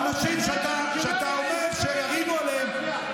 אנשים שאתה אומר שירינו עליהם,